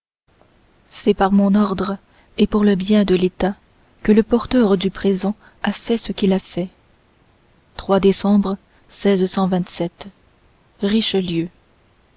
c'est par mon ordre et pour le bien de l'état que le porteur du présent a fait ce qu'il a fait décembre richelieu